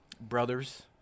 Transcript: brothers